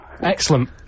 Excellent